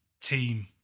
team